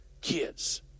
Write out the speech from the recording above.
kids